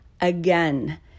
Again